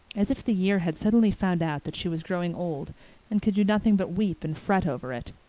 as if the year had suddenly found out that she was growing old and could do nothing but weep and fret over it.